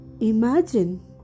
Imagine